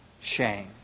shame